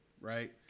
right